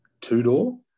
two-door